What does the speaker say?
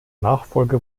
nachfolger